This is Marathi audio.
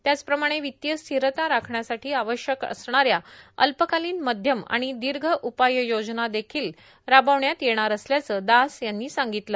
त्याचप्रमाणे वित्तीय स्थिरता राखण्यासाठी आवश्यक असणाऱ्या अल्पकालीन मध्यम आणि दीर्घ उपाययोजना देखिल करण्यात येणार असल्याचं दास यांनी सांगितलं